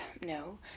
No